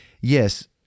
yes